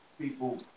people